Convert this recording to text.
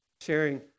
sharing